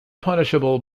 punishable